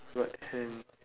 right hand